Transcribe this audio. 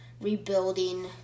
rebuilding